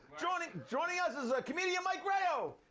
joining joining us is like comedian mike rao!